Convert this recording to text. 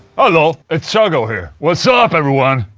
oh hello, it's chuggo here. what's up everyone?